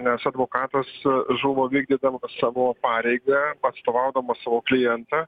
nes advokatas žuvo vykdydamas savo pareigą atstovaudamas savo klientą